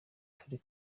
turi